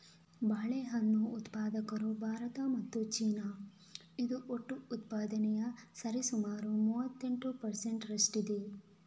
ಬಾಳೆಹಣ್ಣು ಉತ್ಪಾದಕರು ಭಾರತ ಮತ್ತು ಚೀನಾ, ಇದು ಒಟ್ಟು ಉತ್ಪಾದನೆಯ ಸರಿಸುಮಾರು ಮೂವತ್ತೆಂಟು ಪರ್ ಸೆಂಟ್ ರಷ್ಟಿದೆ